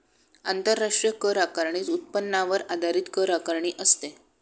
आंतरराष्ट्रीय कर आकारणीत उत्पन्नावर आधारित कर आकारणी असते